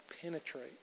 penetrate